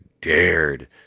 dared